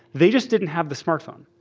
they just didn't have the smartphone.